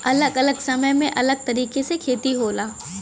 अलग अलग समय में अलग तरीके से खेती होला